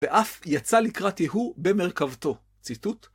ואף יצא לקראת יהוא במרכבתו. ציטוט